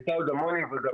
הייתה אז עוד המון אי-ודאות,